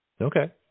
Okay